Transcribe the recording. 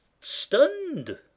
stunned